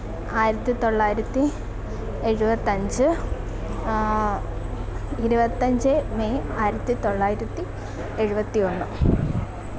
ആയിരത്തി തൊള്ളായിരത്തി എഴുപത്തഞ്ച് ഇരുപത്തഞ്ച് മെയ് ആയിരത്തി തൊള്ളായിരത്തി എഴുപത്തി ഒന്ന്